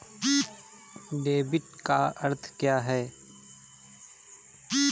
Debit का अर्थ क्या है?